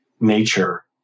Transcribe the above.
nature